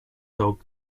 dog